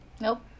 Nope